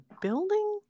building